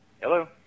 Hello